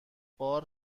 بار